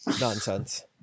nonsense